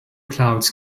clouds